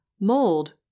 mold